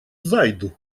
зайду